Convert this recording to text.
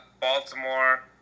Baltimore